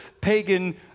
pagan